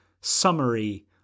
summary